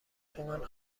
تومن